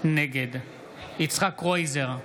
נגד יצחק קרויזר,